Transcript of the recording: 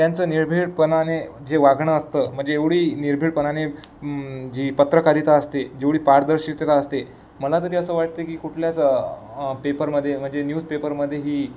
त्यांचं निर्भीडपणाने जे वागणं असतं म्हणजे एवढी निर्भीडपणाने जी पत्रकारिता असते जेवढी पारदर्शितता असते मला तरी असं वाटतं की कुठल्याच पेपरमध्ये म्हणजे न्यूजपेपरमध्ये ही